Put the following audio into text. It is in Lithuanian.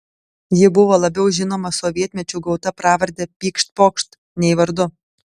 ji buvo labiau žinoma sovietmečiu gauta pravarde pykšt pokšt nei vardu